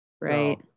Right